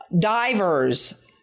divers